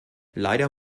leider